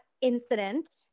incident